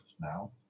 now